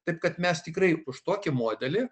taip kad mes tikrai už tokį modelį